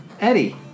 Eddie